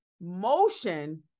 motion